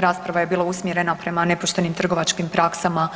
Rasprava je bila usmjerena prema nepoštenim tržišnim praksama